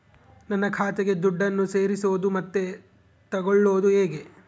ನನ್ನ ಖಾತೆಗೆ ದುಡ್ಡನ್ನು ಸೇರಿಸೋದು ಮತ್ತೆ ತಗೊಳ್ಳೋದು ಹೇಗೆ?